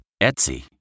Etsy